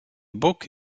book